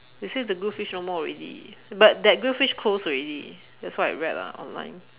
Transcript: is it the grill fish no more already but that grill fish close already that's what I read lah online